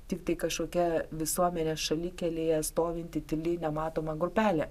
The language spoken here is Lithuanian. tiktai kažkokia visuomenės šalikelėje stovinti tyli nematoma grupelė